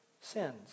sins